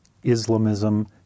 islamism